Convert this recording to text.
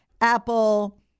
Apple